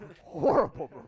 horrible